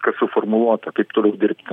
kas suformuluota kaip toliau dirbti